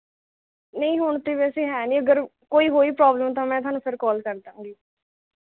ਨਹੀ ਹੁਣ ਤਾਂ ਵੈਸੇ ਹੈ ਨਹੀਂ ਅਗਰ ਕੋਈ ਹੋਈ ਪ੍ਰੋਬਲਮ ਤਾਂ ਮੈਂ ਤੁਹਾਨੂੰ ਫੇਰ ਕੋਲ ਕਰਦਾਂਗੀ